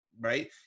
right